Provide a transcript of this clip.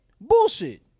bullshit